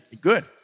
good